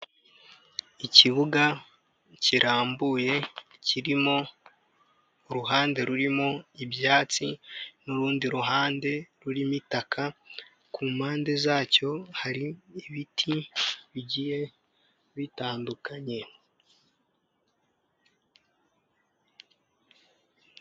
Ikibuga kirambuye kirimo uruhande rurimo ibyatsi n'urundi ruhande rurimo itaka ku mpande zacyo hari ibiti bigiye bitandukanye.